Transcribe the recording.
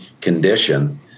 condition